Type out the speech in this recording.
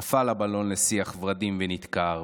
נפל הבלון לשיח ורדים ונדקר,